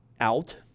out